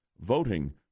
voting